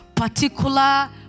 particular